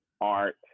art